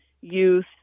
youth